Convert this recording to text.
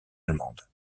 allemande